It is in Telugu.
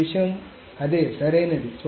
ఈ విషయం అదే సరైనది